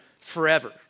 forever